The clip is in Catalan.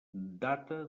data